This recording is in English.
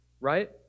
right